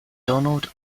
donald